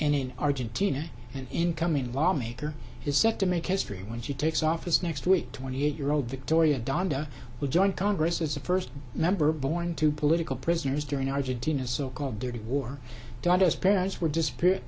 and in argentina an incoming lawmaker is set to make history when she takes office next week twenty eight year old victoria donda will join congress as the first member born to political prisoners during argentina's so called dirty war daughters parents were disappear